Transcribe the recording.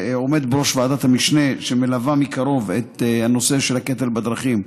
שעומד בראש ועדת המשנה שמלווה מקרוב את הנושא של הקטל בדרכים.